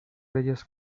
reyes